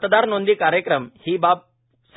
मतदार नोंदणी कार्यक्रम ही बाब